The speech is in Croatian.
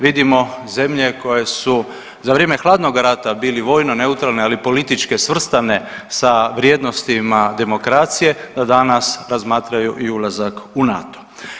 Vidimo zemlje koje su za vrijeme hladnoga rata bili vojno neutralne ali politički svrstane sa vrijednostima demokracije da danas razmatraju i ulazak u NATO-